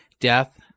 death